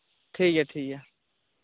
ᱴᱷᱤᱠ ᱜᱮᱭᱟ ᱴᱷᱤᱠ ᱜᱮᱭᱟ